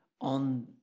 on